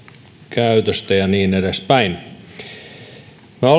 käytöstä ja niin edespäin me